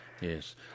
Yes